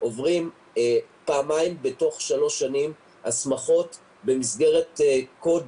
עוברים פעמיים בתוך שלוש שנים הסמכות במסגרת קוד